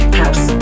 house